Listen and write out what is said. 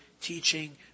teaching